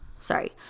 sorry